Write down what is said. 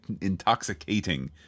intoxicating